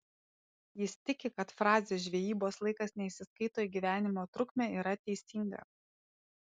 jis tiki kad frazė žvejybos laikas neįsiskaito į gyvenimo trukmę yra teisinga